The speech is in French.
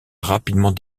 rapidement